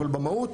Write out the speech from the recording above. אבל במהות,